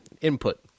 input